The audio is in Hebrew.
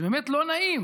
זה באמת לא נעים